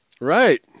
Right